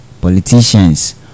Politicians